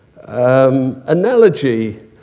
analogy